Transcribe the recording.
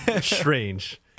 strange